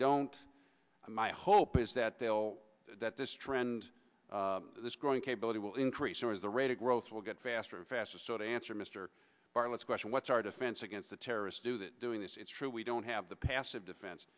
don't i my hope is that they'll that this trend this growing capability will increase or is the rate of growth will get faster and faster so to answer mr bartlett's question what's our defense against the terrorists do they doing this it's true we don't have the passive defense